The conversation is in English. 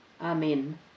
Amen